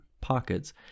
pockets